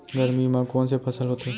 गरमी मा कोन से फसल होथे?